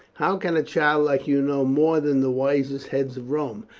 how can a child like you know more than the wisest heads of rome?